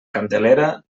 candelera